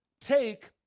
take